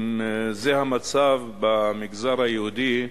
אם זה המצב במגזר היהודי,